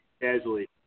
casually